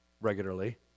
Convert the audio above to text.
regularly